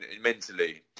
mentally